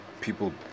People